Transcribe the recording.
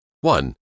One